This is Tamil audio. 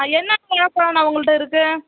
ஆ என்ன கொய்யா பழண்ணா உங்கள்கிட்ட இருக்குது